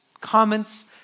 comments